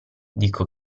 dico